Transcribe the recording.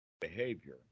behavior